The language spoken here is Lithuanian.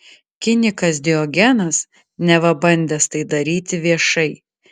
kinikas diogenas neva bandęs tai daryti viešai